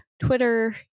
twitter